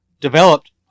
developed